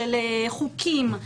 של חוקים,